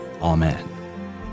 Amen